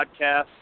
podcast